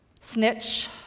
Snitch